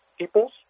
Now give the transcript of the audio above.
peoples